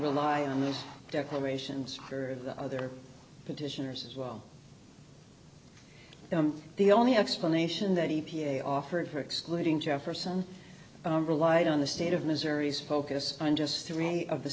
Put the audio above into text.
rely on those declarations for the other petitioners as well the only explanation that e p a offered for excluding jefferson relied on the state of missouri is focus on just three of the